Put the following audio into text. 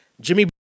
Jimmy